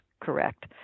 correct